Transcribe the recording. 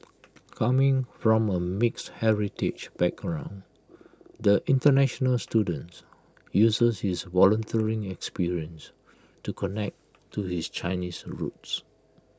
coming from A mixed heritage background the International students uses his volunteering experience to connect to his Chinese roots